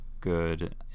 good